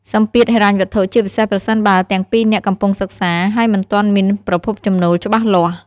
សម្ពាធហិរញ្ញវត្ថុ ជាពិសេសប្រសិនបើទាំងពីរនាក់កំពុងសិក្សា ហើយមិនទាន់មានប្រភពចំណូលច្បាស់លាស់។